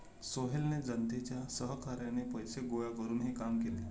सोहेलने जनतेच्या सहकार्याने पैसे गोळा करून हे काम केले